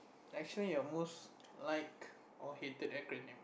actually your most liked or hated acronym